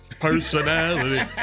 personality